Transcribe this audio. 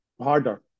harder